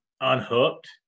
unhooked